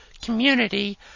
community